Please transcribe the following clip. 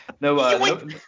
No